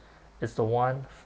it's the one